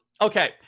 okay